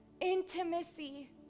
intimacy